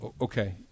Okay